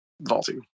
vaulting